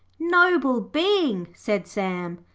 noble being said sam.